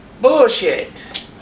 Bullshit